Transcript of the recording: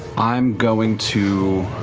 i'm going to